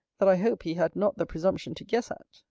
that i hope he had not the presumption to guess at.